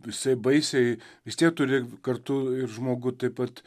jisai baisiai vis tiek turi kartu ir žmogų taip pat